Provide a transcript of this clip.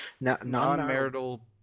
Non-marital